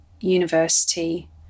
university